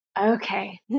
Okay